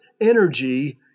energy